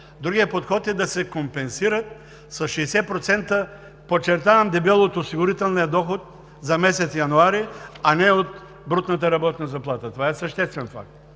другият подход. Той е да се компенсират с 60%, подчертавам дебело – от осигурителния доход за месец януари, а не от брутната работна заплата. Това е съществен факт,